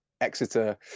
Exeter